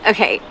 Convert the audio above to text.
Okay